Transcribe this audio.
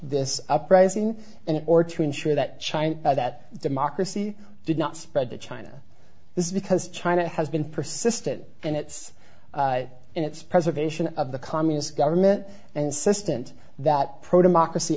this uprising and or to ensure that china that democracy did not spread to china is because china has been persistent and its in its preservation of the communist government and system and that pro democracy